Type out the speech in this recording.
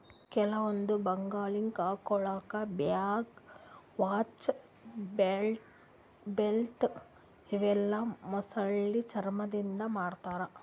ಕೆಲವೊಂದ್ ಬಗಲಿಗ್ ಹಾಕೊಳ್ಳ ಬ್ಯಾಗ್, ವಾಚ್, ಬೆಲ್ಟ್ ಇವೆಲ್ಲಾ ಮೊಸಳಿ ಚರ್ಮಾದಿಂದ್ ಮಾಡ್ತಾರಾ